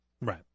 Right